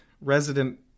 resident